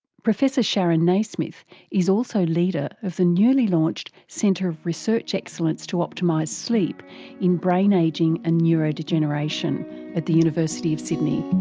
professor sharon naismith is also leader of the newly launched centre of research excellence to optimise sleep in brain ageing and neurodegeneration at the university of sydney.